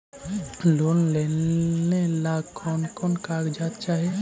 Loan लेने ला कोन कोन कागजात चाही?